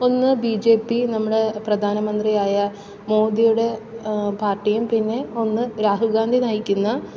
ഒന്ന് ബി നമ്മുടെ പ്രധാനമന്ത്രിയായ മോദിയുടെ പാർട്ടിയും പിന്നെ ഒന്ന് രാഹുൽ ഗാന്ധി നയിക്കുന്ന